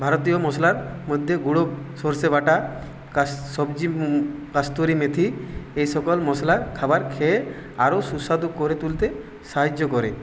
ভারতীর মশলার মধ্যে গুঁড়ো সরষে বাটা সবজি কাস্তুরি মেথি এই সকল মশলা খাবার খেয়ে আরো সুস্বাদু করে তুলতে সাহায্য করে